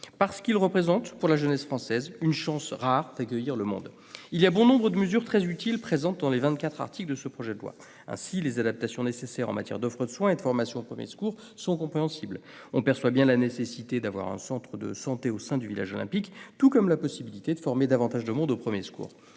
parce qu'ils représentent pour la jeunesse française une chance rare d'accueillir le monde. Bon nombre de mesures très utiles sont présentes dans les vingt-quatre articles de ce projet de loi. Ainsi, les adaptations nécessaires en matière d'offre de soins et de formation aux premiers secours sont compréhensibles. On perçoit bien la nécessité d'avoir un centre de santé au sein du village olympique, tout comme la possibilité de former davantage de monde aux premiers secours.